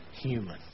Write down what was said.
human